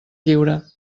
lliure